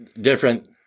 different